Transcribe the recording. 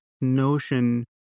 notion